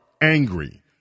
angry